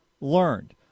learned